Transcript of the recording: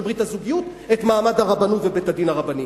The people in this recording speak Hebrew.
ברית הזוגיות את מעמד הרבנות ובית-הדין הרבני.